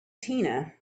tina